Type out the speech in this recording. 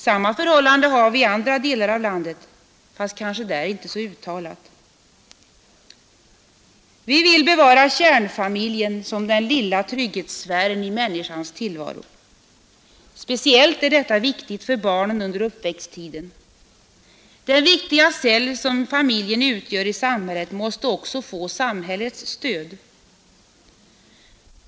Samma förhållande har vi i andra delar av landet fast kanske där inte så uttalat. Vi vill bevara kärnfamiljen som den lilla trygghetssfären i människans tillvaro. Speciellt är detta viktigt för barnen under uppväxttiden. Den viktiga cell som familjen utgör i samhället måste också få samhällets stöd.